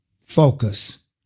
Focus